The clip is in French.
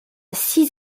six